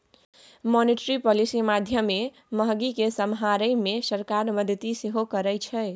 monetary policy माध्यमे महगी केँ समहारै मे सरकारक मदति सेहो करै छै